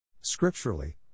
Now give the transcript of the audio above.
Scripturally